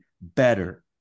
better